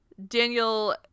Daniel